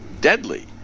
deadly